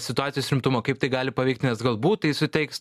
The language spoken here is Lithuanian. situacijos rimtumą kaip tai gali paveikt nes galbūt tai suteiks